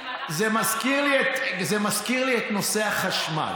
מיקי, זה מזכיר לי את נושא החשמל.